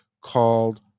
called